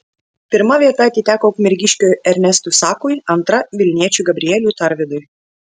pirma vieta atiteko ukmergiškiui ernestui sakui antra vilniečiui gabrieliui tarvidui